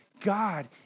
God